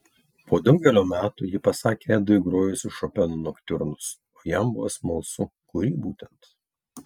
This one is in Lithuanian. po daugelio metų ji pasakė edui grojusi šopeno noktiurnus o jam buvo smalsu kurį būtent